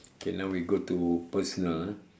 okay now we go to personal